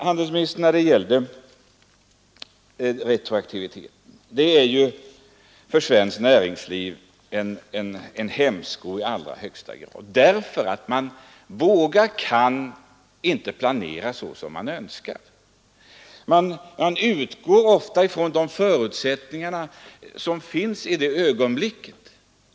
Vad sedan retroaktiviteten beträffar är den i allra högsta grad en hämsko för svenskt näringsliv, därför att man varken kan eller vågar planera så som man önskar. Ofta utgår man från de förutsättningar som finns i nuet.